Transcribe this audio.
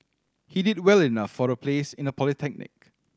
he did well enough for a place in a polytechnic